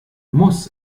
muss